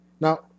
Now